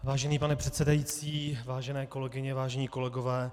Vážený pane předsedající, vážené kolegyně, vážení kolegové.